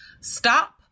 Stop